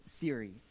series